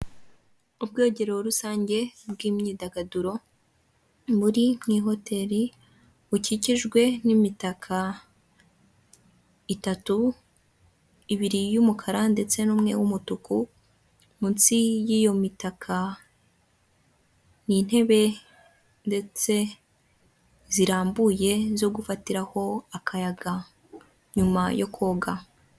Ubwogero rusange bw'imyidagaduro muri hoteri bukikijwe n'imitaka itatu, ibiri y'umukara ndetse n'umwe w'umutuku, munsi y' iyo mitaka nintebe ndetse zirambuye zo gufatiraho akayaga nyuma yo koga.